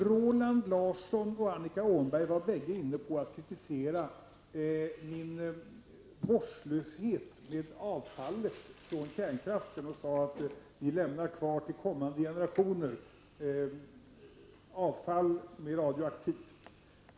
Roland Larsson och Annika Åhnberg kritiserade båda min vårdslöshet när det gäller kärnkraftsavfallet och sade att vi lämnar till kommande generationer avfall som är radioaktivt.